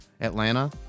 Atlanta